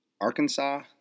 Arkansas